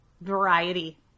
variety